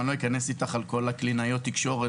אני לא אכנס איתך לכל עניין קלינאות התקשורת